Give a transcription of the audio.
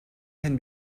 can